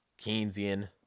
Keynesian